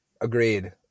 Agreed